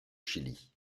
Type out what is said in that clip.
chili